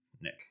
Nick